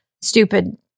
stupid